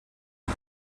хөл